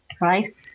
right